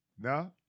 No